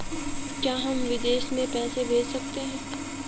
क्या हम विदेश में पैसे भेज सकते हैं?